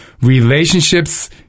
relationships